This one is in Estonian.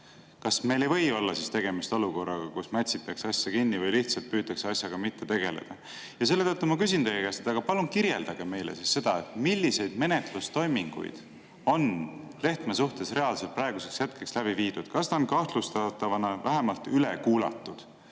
kas meil ei või olla tegemist olukorraga, kus mätsitakse asja kinni või lihtsalt püütakse asjaga mitte tegeleda. Selle tõttu ma küsin teie käest: palun kirjeldage meile, milliseid menetlustoiminguid on Lehtme suhtes praeguseks hetkeks reaalselt läbi viidud. Kas ta on kahtlustatavana vähemalt üle kuulatud?